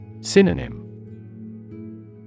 Synonym